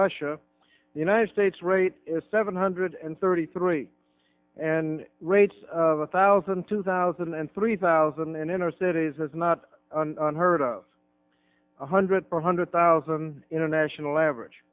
russia the united states rate is seven hundred and thirty three and rates of a thousand two thousand and three thousand and inner cities has not heard of one hundred four hundred thousand international average